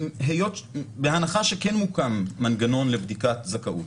בהנחה שכן מוקם מנגנון לבדיקת זכאות,